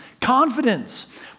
confidence